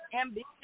ambitious